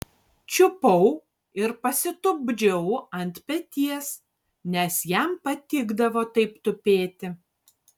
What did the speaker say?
čiupau ir pasitupdžiau ant peties nes jam patikdavo taip tupėti